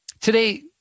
Today